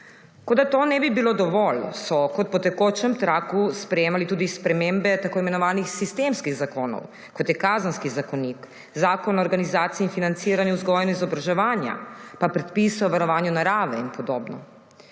Kot da to nebi bilo dovolj, so kot po tekočem traku sprejemali tudi spremembe t.i. sistemskih zakonov kot je Kazenski zakonik, Zakon o organizaciji in financiranju vzgoje in izobraževanja, pa predpis o varovanju narave in podobno.